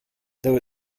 though